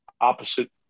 opposite